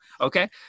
Okay